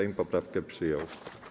Sejm poprawkę przyjął.